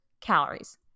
calories